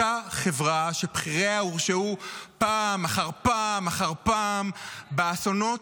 אותה חברה שבכיריה הורשעו פעם אחר פעם אחר פעם באסונות